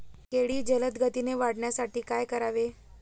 केळी जलदगतीने वाढण्यासाठी काय करावे?